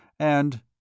And—